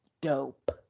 dope